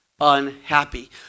unhappy